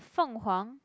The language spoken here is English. Feng-Huang